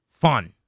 fun